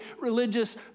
religious